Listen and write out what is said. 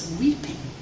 weeping